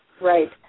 right